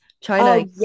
China